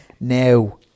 Now